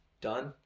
done